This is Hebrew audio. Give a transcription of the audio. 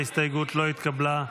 ההסתייגות לא התקבלה.